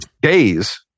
Days